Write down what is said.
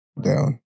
Down